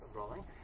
rolling